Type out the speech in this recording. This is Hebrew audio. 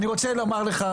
אני רוצה לומר לך,